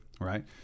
right